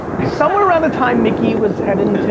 somewhere around the time mickey was heading